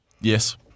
Yes